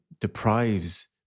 deprives